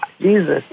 Jesus